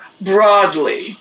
broadly